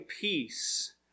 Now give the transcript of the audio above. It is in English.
peace